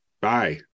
Bye